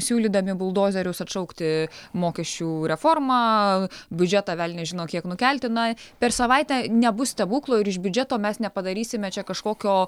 siūlydami buldozerius atšaukti mokesčių reformą biudžetą velnias žino kiek nukelti na per savaitę nebus stebuklo ir iš biudžeto mes nepadarysime čia kažkokio